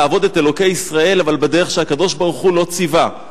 לעבוד את אלוקי ישראל אבל בדרך שהקדוש-ברוך-הוא לא ציווה.